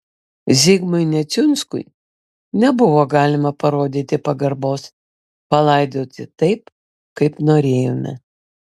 zigmui neciunskui nebuvo galima parodyti pagarbos palaidoti taip kaip norėjome